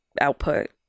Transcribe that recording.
output